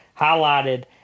Highlighted